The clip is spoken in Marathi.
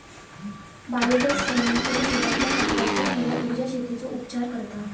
बायोगॅस संयंत्र शेतातल्या कचर्याचो किंवा उर्जा शेतीचो उपचार करता